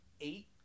eight